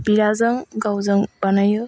बियाजों गावजों बानायो